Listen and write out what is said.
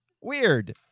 Weird